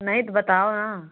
नहीं तो बताओ ना